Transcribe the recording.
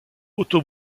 otto